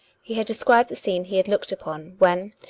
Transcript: he had described the scene he had looked upon when,